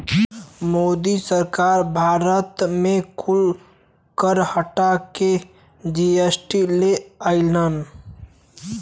मोदी सरकार भारत मे कुल कर हटा के जी.एस.टी ले अइलन